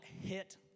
hit